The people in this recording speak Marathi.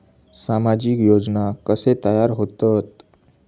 सामाजिक योजना कसे तयार होतत?